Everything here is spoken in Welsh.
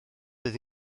bydd